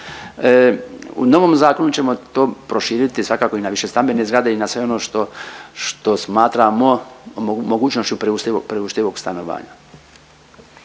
u novom zakonu ćemo to proširiti svakako i na višestambene zgrade i na sve ono što smatramo mogućnošću priuštivog stanovanja.